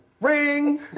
Ring